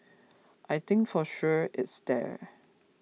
I think for sure it's there